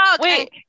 Wait